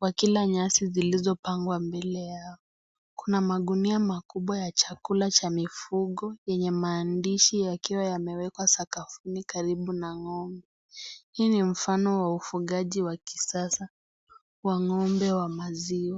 wakila nyasi zilizopangwa mbele yao. Kuna magunia makubwa ya chakula cha mifugo yenye maandishi yakiwa yameekwa sakafuni karibu ya ngombe hii ni mfano wa ufugaji wa kisasa wa ngombe wa maziwa.